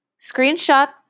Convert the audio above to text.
screenshot